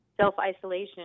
self-isolation